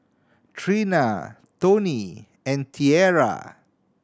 Treena Toney and Tierra